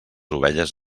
ovelles